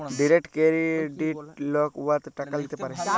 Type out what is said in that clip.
direct credit লক উয়াতে টাকা ল্যিতে পারে